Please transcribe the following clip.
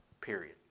period